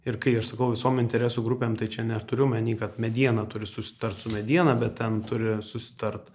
ir kai aš sakau visom interesų grupėm tai čia neturiu omeny kad mediena turi susitart su mediena bet ten turi susitart